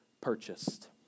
Purchased